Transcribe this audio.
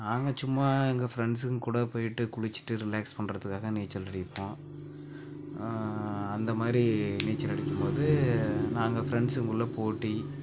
நாங்கள் சும்மா எங்கள் ஃப்ரெண்ட்ஸுங்க கூட போய்ட்டு குளிச்சிட்டு ரிலாக்ஸ் பண்ணுறதுக்காக நீச்சல் அடிப்போம் அந்த மாதிரி நீச்சல் அடிக்கும்போது நாங்கள் ஃப்ரெண்ட்ஸுங்குள்ள போட்டி